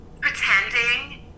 pretending